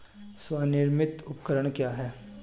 स्वनिर्मित उपकरण क्या है?